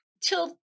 till